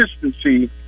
consistency